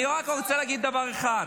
אני רק רוצה להגיד דבר אחד.